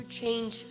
change